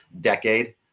decade